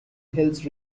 hills